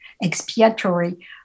expiatory